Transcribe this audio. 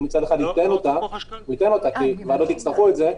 הוא מצד אחד ייתן אותה, כי ועדות יצטרכו את זה.